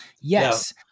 Yes